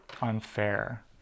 unfair